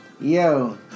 yo